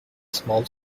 small